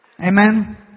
Amen